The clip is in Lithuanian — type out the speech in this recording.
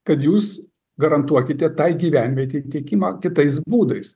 kad jūs garantuokite tai gyvenvietei tiekimą kitais būdais